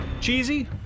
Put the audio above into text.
cheesy